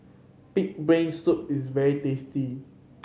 pig brain soup is very tasty